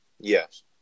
Yes